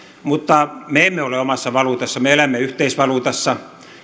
mutta me emme ole omassa valuutassa me elämme yhteisvaluutassa